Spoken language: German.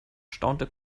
staunte